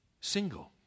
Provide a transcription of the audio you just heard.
single